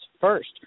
first